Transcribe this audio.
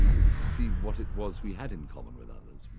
we we could see what it was we had in common with others.